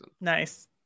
Nice